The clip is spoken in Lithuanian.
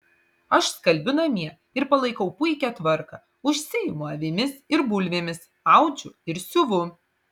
aš skalbiu namie ir palaikau puikią tvarką užsiimu avimis ir bulvėmis audžiu ir siuvu